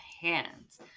hands